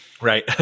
Right